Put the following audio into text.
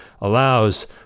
allows